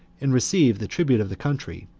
and received the tribute of the country,